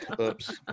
Oops